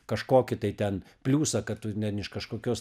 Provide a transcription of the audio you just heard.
kažkokį tai ten pliusą kad tu ten iš kažkokios